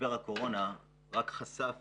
שמשבר הקורונה חשף